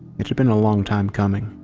it had been a long time coming.